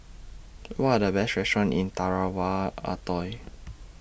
What Are The Best restaurants in Tarawa Atoll